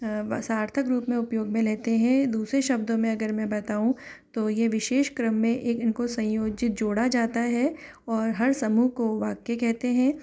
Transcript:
सार्थक रूप में उपयोग में लेते हैं दूसरे शब्दों में अगर मैं बताऊँ तो यह विशेष क्रम में एक इनको संयोजित जोड़ा जाता है और हर समूह को वाक्य कहते हैं